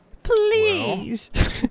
Please